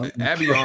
Abby